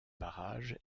barrage